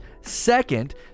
Second